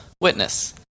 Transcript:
witness